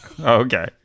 Okay